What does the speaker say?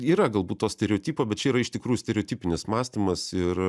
yra galbūt to stereotipo bet čia yra iš tikrųjų stereotipinis mąstymas ir